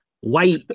white